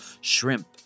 shrimp